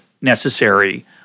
necessary